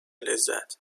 لذت